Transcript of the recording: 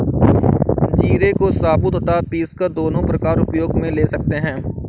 जीरे को साबुत तथा पीसकर दोनों प्रकार उपयोग मे ले सकते हैं